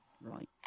Right